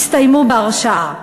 הסתיימו בהרשעה.